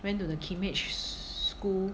went to the Kimage school